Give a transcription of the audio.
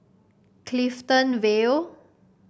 Clifton Vale